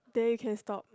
then you can stop